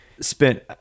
spent